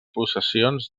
possessions